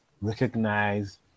recognize